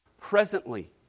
presently